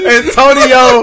Antonio